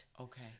Okay